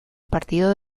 partido